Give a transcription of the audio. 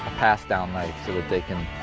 pass down life so that they can.